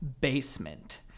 basement